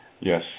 Yes